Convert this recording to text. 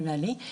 נדמה לי,